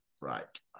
Right